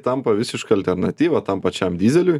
tampa visiška alternatyva tam pačiam dyzeliui